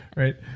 right?